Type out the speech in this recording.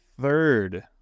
third